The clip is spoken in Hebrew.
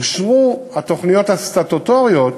אושרו התוכניות הסטטוטוריות